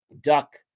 duck